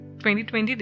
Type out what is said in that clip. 2020